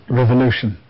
revolution